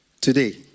today